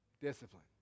discipline